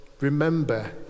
remember